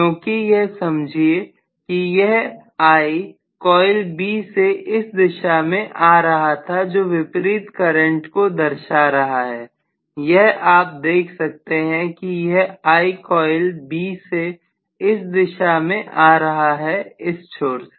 क्योंकि यह समझिए कि यह I कॉइल B से इस दिशा में आ रहा था जो विपरीत करंट को दर्शा रहा है यह आप देख सकते हैं कि यह I कॉइल B से इस दिशा से आ रहा है इस छोर से